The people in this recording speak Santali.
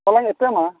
ᱮᱯᱮᱢᱟ